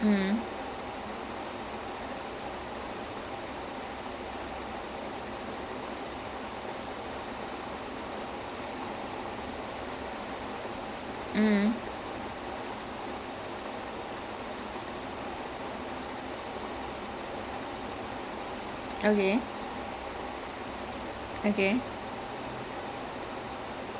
so அந்த:antha show வந்து:vanthu he is supposed to be the vice president okay like he was he work that like that was what the future president promised him but then when his presidency came he did not give vice president role to him instead he give it to somebody else so he felt very betrayed so அதுக்கு அப்புறம்:athukku appuram him and his wife they will start scheming